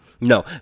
No